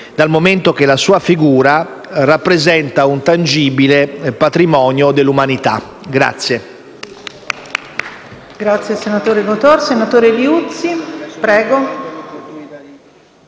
dal momento che la sua figura rappresenta un tangibile patrimonio dell'umanità.